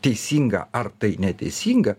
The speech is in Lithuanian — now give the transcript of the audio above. teisinga ar tai neteisinga